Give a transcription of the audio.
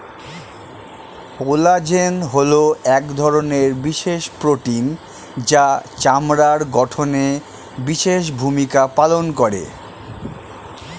collagen হলো এক ধরনের বিশেষ প্রোটিন যা চামড়ার গঠনে বিশেষ ভূমিকা পালন করে